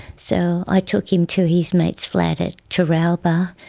so i took him to his mate's flat at teralba.